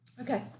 Okay